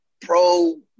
pro